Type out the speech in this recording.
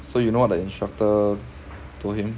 so you know what the instructor told him